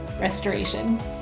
restoration